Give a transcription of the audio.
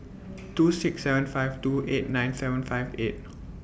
two six seven five two eight nine seven five eight